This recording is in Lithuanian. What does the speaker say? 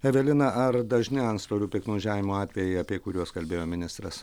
evelina ar dažni antstolių piktnaudžiavimo atvejai apie kuriuos kalbėjo ministras